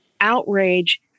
outrage